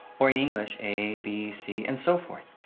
or in english, a, b, c, and so forth.